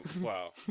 wow